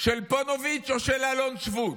של פוניבז' או של אלון שבות?